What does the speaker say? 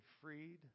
freed